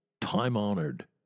time-honored